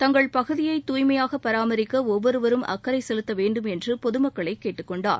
தங்கள் பகுதியை தூய்மையாக பராமரிக்க ஒவ்வொருவரும் அக்கறை செலுத்தவேண்டும் என்று பொதுமக்களை கேட்டுக்கொண்டார்